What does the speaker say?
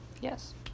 Yes